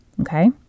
Okay